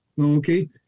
okay